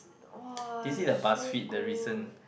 !wah! so good